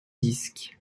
disques